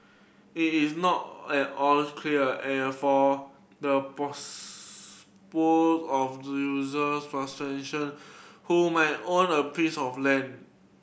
it is not at all clear and for the of who might own a piece of land